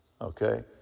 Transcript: Okay